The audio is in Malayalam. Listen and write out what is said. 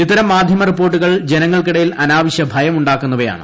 ഇത്തരം മാധ്യമ റിപ്പോർട്ടുകൾ ിജ്നങ്ങൾക്കിടയിൽ അനാവശ്യ ഭയം ഉണ്ടാക്കുന്നവയാണ്